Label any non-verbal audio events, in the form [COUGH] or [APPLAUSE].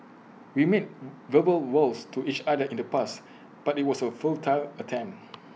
we made [NOISE] verbal vows to each other in the past but IT was A futile attempt